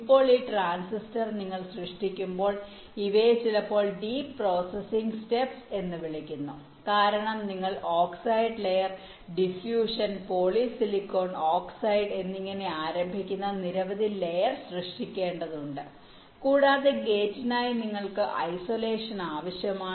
ഇപ്പോൾ ഈ ട്രാൻസിസ്റ്റർ നിങ്ങൾ സൃഷ്ടിക്കുമ്പോൾ ഇവയെ ചിലപ്പോൾ ഡീപ് പ്രോസസ്സിംഗ് സ്റെപ്സ് എന്ന് വിളിക്കുന്നു കാരണം നിങ്ങൾ oxide layer diffusion polysilicon oxide എന്നിങ്ങനെ ആരംഭിക്കുന്ന നിരവധി ലയർ സൃഷ്ടിക്കേണ്ടതുണ്ട് കൂടാതെ ഗേറ്റിനായി നിങ്ങൾക്ക് ഐസൊലേഷൻ ആവശ്യമാണ്